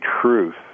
truth